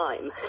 time